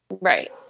Right